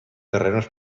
terrenos